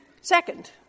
Second